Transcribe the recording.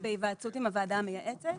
הרשם, בהיוועצות עם הוועדה המייעצת,